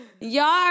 Y'all